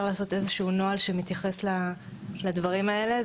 לעשות איזשהו נוהל שמתייחס לדברים האלה.